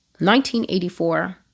1984